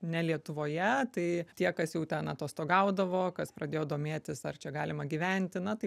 ne lietuvoje tai tie kas jau ten atostogaudavo kas pradėjo domėtis ar čia galima gyventi na tai